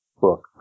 Book